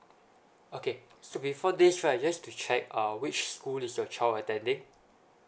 okay s~ before this right just to check uh which school is your child attending